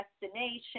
destination